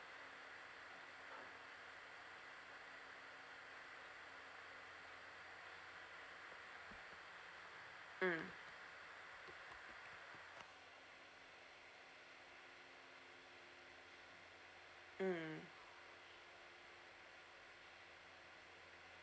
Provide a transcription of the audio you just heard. mm mm